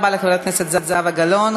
תודה רבה לחברת הכנסת זהבה גלאון.